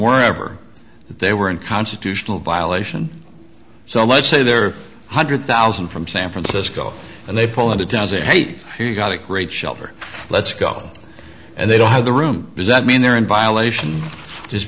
wherever they were in constitutional violation so let's say there are one hundred thousand from san francisco and they pull into town say hey you got a great shelter let's go and they don't have the room does that mean they're in violation just